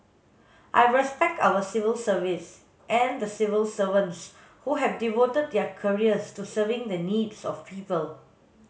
I respect our civil service and the civil servants who have devoted their careers to serving the needs of people